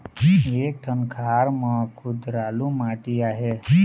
एक ठन खार म कुधरालू माटी आहे?